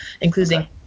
including